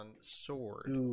Sword